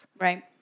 Right